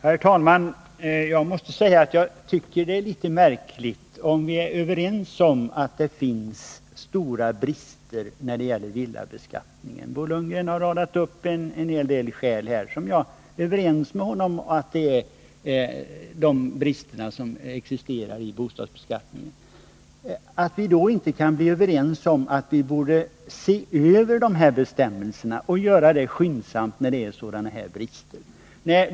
Herr talman! Jag måste säga att jag tycker detta är litet märkligt. Bo Lundgren har radat upp en hel del skäl, och jag är överens med honom om att det är brister som existerar i bostadsbeskattningen. Varför kan vi då inte bli överens om att vi borde se över de här bestämmelserna och göra det skyndsamt, när det finns sådana här brister?